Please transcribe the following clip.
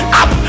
up